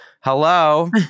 Hello